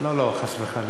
לא, לא, חס וחלילה.